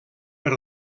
per